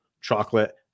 chocolate